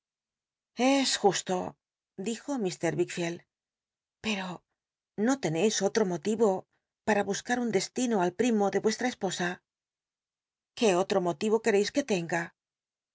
es justo dijo mr wickfleld pero no leneis otro motiyo pam buscar un destino al primo de vuestra cs osa qué otro moti o quereis que tenga